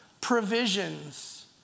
provisions